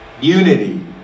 Unity